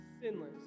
sinless